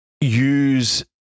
use